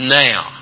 now